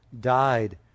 died